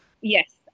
yes